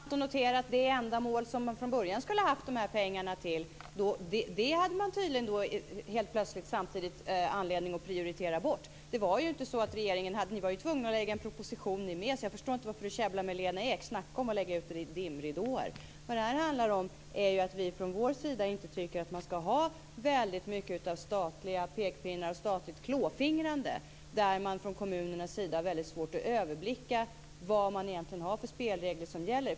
Herr talman! Det är intressant att notera att det ändamål som pengarna från början skulle ha varit till fanns det plötsligt anledning att prioritera bort. Regeringen var ju tvungen att lägga fram en proposition, så jag förstår inte varför Sonia Karlsson käbblar med Lena Ek. Snacka om att lägga ut dimridåer! Det här handlar om att vi från vår sida inte tycker att man ska ha statliga pekpinnar och statligt klåfingrande, där det från kommunernas sida är svårt att överblicka spelreglerna.